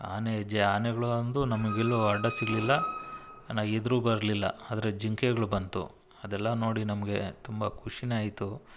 ಆನೆ ಹೆಜ್ಜೆ ಆನೆಗಳು ಒಂದೂ ನಮಗೆಲ್ಲೂ ಅಡ್ಡ ಸಿಗಲಿಲ್ಲ ನನ್ನ ಎದುರೂ ಬರಲಿಲ್ಲ ಆದರೆ ಜಿಂಕೆಗ್ಳು ಬಂತು ಅದೆಲ್ಲ ನೋಡಿ ನಮಗೆ ತುಂಬ ಖುಷಿಯೇ ಆಯಿತು